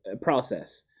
process